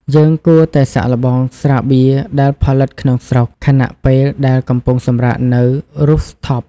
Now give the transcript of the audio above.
យើងគួរតែសាកល្បងស្រាបៀរដែលផលិតក្នុងស្រុក ខណៈពេលដែលកំពុងសម្រាកនៅ Rooftop។